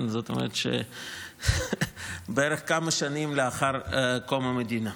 זאת אומרת בערך כמה שנים לאחר קום המדינה.